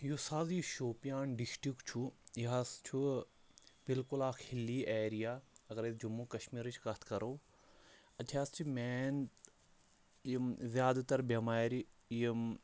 یُس حظ یہِ شوپیان ڈِسٹِرٛک چھُ یہِ حظ چھُ بِلکُل اَکھ ہِلی ایریا اَگر أسۍ جموں کشمیٖرٕچ کَتھ کرو اَتہِ حظ چھِ مین یِم زیادٕ تَر بٮ۪مارِ یِم